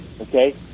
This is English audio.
okay